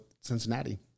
Cincinnati